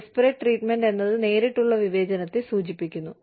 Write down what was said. disparate treatment എന്നത് നേരിട്ടുള്ള വിവേചനത്തെ സൂചിപ്പിക്കുന്നു